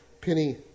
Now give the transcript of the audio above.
penny